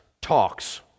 Talks